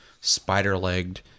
spider-legged